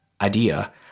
idea